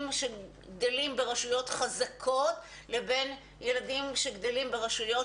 שגדלים ברשויות חזקות ולבין ילדים שגדלים ברשויות